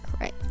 right